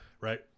right